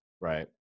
right